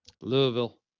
Louisville